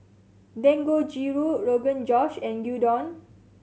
Dangojiru Rogan Josh and Gyudon